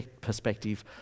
perspective